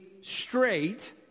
straight